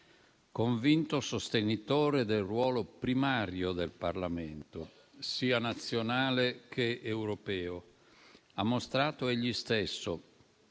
Convinto sostenitore del ruolo primario del Parlamento, sia nazionale che europeo, ha mostrato egli stesso,